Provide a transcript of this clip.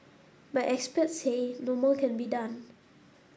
but experts say no more can be done